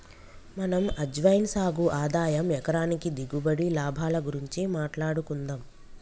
మనం అజ్వైన్ సాగు ఆదాయం ఎకరానికి దిగుబడి, లాభాల గురించి మాట్లాడుకుందం